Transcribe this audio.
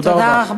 תודה רבה.